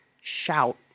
Shout